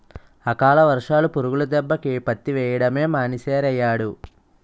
అకాల వర్షాలు, పురుగుల దెబ్బకి పత్తి వెయ్యడమే మానీసేరియ్యేడు